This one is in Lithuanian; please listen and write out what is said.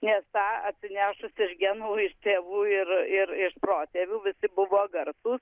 nes tą atsinešus iš genų tėvų ir ir protėvių visi buvo garsūs